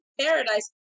paradise